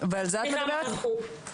האם את מדברת על זה?